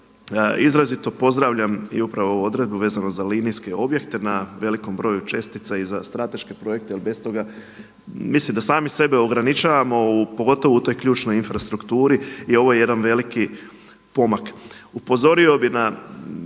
Izrazito pozdravljam i upravo ovu odredbu vezano za linijske objekte na velikom broju čestica i za strateške projekte jer bez toga, mislim da sami sebe ograničavamo pogotovo u toj ključnoj infrastrukturi i ovo je jedan veliki pomak. Upozorio bih na